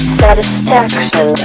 satisfaction